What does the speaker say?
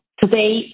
today